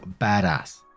badass